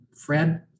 Fred